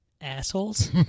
Assholes